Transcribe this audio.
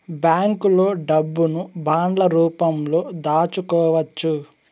బ్యాంకులో డబ్బును బాండ్ల రూపంలో దాచుకోవచ్చు